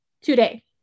Today